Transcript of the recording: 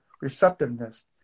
receptiveness